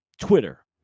Twitter